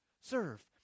Serve